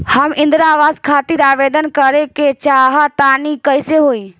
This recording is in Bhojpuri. हम इंद्रा आवास खातिर आवेदन करे क चाहऽ तनि कइसे होई?